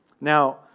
Now